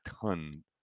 ton